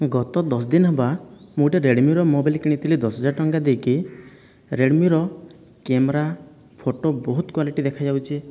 ଗତ ଦଶଦିନ ହେବ ମୁଁ ଗୋଟିଏ ରେଡ୍ମିର ମୋବାଇଲ୍ କିଣିଥିଲି ଦଶହଜାର ଟଙ୍କା ଦେଇକି ରେଡ୍ମିର କ୍ୟାମେରା ଫଟୋ ବହୁତ କ୍ଵାଲିଟି ଦେଖାଯାଉଛି